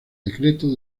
decreto